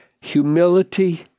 humility